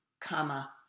comma